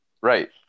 Right